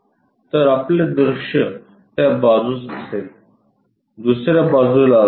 तर आपले दृश्य त्या बाजूस असेल दुसर्या बाजूला असेल